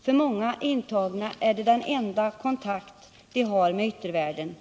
För många intagna är det den enda kontakt de har med yttervärlden.